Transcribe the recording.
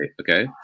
Okay